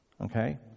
Okay